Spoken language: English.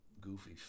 goofy